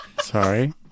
Sorry